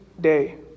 day